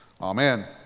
Amen